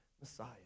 Messiah